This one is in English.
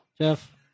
Jeff